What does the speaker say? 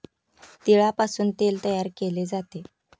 तिळापासून तेल तयार केले जाते